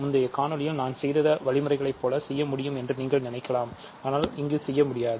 முந்தைய காணொளியில் நான் செய்த வழிமுறையை போல செய்ய முடியும் என்று நீங்கள் நினைக்கலாம் ஆனால் அவ்வாறு இங்கு செய்ய இயலாது